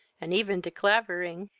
and even de clavering,